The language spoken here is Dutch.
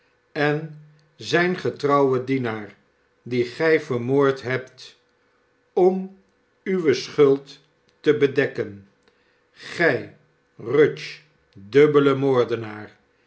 en zijn getrouwen dienaar dien gij vermoord hebt om uwe schuld te bedekken gij rudge dubbele